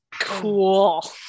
Cool